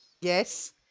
Yes